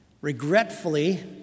Regretfully